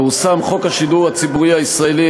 פורסם חוק השידור הציבורי הישראלי,